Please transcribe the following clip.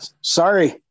sorry